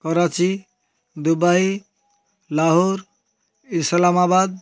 Karachi Dubai Lahore Islamabad